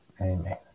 Amen